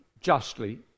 justly